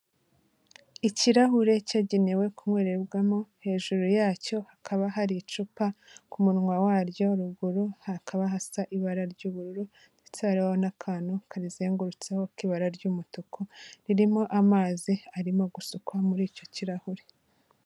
Ikirahure cyagenewe kunywererwamo, hejuru yacyo hakaba hari icupa, ku munwa waryo ruguru hakaba hasa ibara ry'ubururu ndetse hariho n'akantu karizengurutseho k'ibara ry'umutuku, ririmo amazi arimo gusukwa muri icyo kirahure.